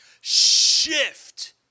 shift